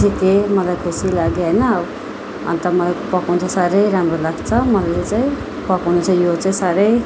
सिकेँ मलाई खुसी लाग्यो होइन अन्त मैले पकाउन चाहिँ साह्रै राम्रो लाग्छ मलाई यो चाहिँ पकाउन चाहिँ यो चाहिँ साह्रै